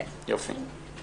יופי.